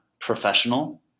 professional